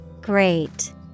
Great